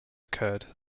occurred